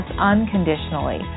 unconditionally